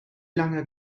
lange